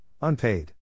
unpaid